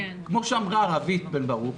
כפי שאמרה רווית בן ברוך,